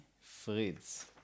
Fritz